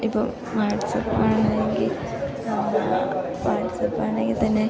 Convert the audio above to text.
ഇപ്പോൾ വാട്സപ്പ് ആണെങ്കിൽ വാട്ട്സപ്പ് ആണെങ്കിൽ തന്നെ